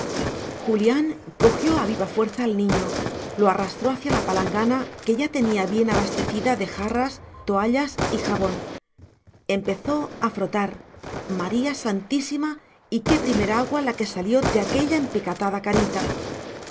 julián cogió a viva fuerza al niño lo arrastró hacia la palangana que ya tenía bien abastecida de jarras toallas y jabón empezó a frotar maría santísima y qué primer agua la que salió de aquella empecatada carita